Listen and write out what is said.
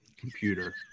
computer